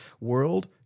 world